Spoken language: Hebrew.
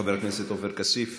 חבר הכנסת עופר כסיף,